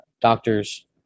doctors